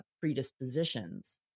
predispositions